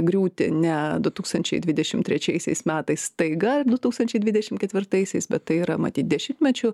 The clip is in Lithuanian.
griūti ne du tūkstančiai dvidešim trečiaisiais metais staiga du tūkstančiai dvidešim ketvirtaisiais bet tai yra matyt dešimtmečių